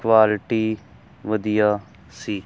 quality ਵਧੀਆ ਸੀ